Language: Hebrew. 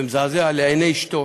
זה מזעזע, לעיני אשתו,